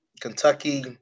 Kentucky